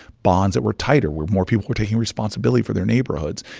bonds that were tighter where more people were taking responsibility for their neighborhoods.